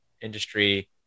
industry